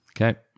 Okay